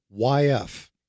YF